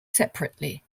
separately